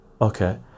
okay